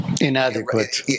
Inadequate